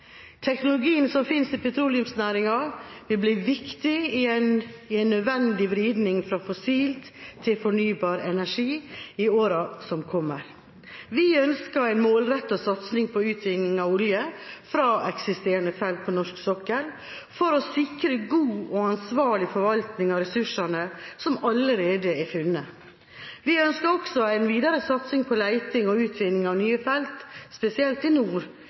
Teknologien som finnes i petroleumsnæringen, vil bli viktig i en nødvendig vridning fra fossil til fornybar energi i årene som kommer. Vi ønsker en målrettet satsing på utvinning av olje fra eksisterende felt på norsk sokkel for å sikre en god og ansvarlig forvaltning av ressursene som allerede er funnet. Vi ønsker også en videre satsing på leting og utvinning av nye felt, spesielt i nord,